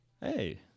hey